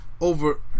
over